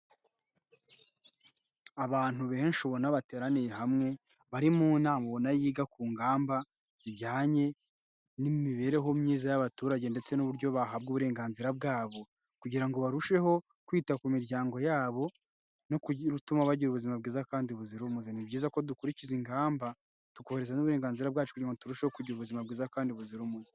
Abantu benshi ubona bateraniye hamwe bari mu inama ubona yiga ku ngamba zijyanye n'imibereho myiza y'abaturage ndetse n'uburyo bahabwa uburenganzira bwabo kugira ngo barusheho kwita ku miryango yabo no gutuma bagira ubuzima bwiza kandi buzira umuze. Ni byiza ko dukurikiza ingamba tukubahiriza n' uburenganzira bwacu kugira ngo turusheho kugira ubuzima bwiza kandi buzira umuze.